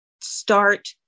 start